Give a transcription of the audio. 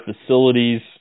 facilities